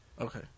Okay